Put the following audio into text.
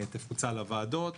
תפוצל לוועדות